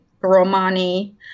Romani